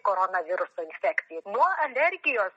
koronaviruso infekcijai nuo alergijos